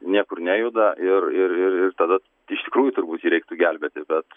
niekur nejuda ir ir ir ir tada iš tikrųjų turbūt jį reiktų gelbėti bet